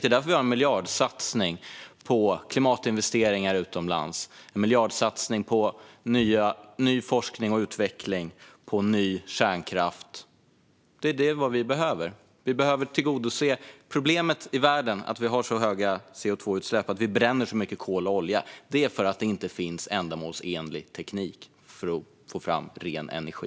Det är därför vi har en miljardsatsning på klimatinvesteringar utomlands, på ny forskning och utveckling och på ny kärnkraft. Det är vad vi behöver. Problemet i världen att vi har så höga CO2-utsläpp, att vi bränner så mycket kol och olja, beror på att det inte finns ändamålsenlig teknik för att få fram ren energi.